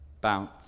bounce